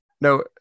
No